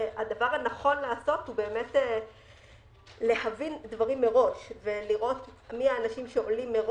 הדבר הנכון לעשות הוא להבין דברים מראש ולראות מראש מי האנשים שעולים,